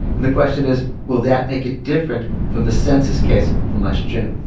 and the question is will that make it different from the census case from last june